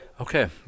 Okay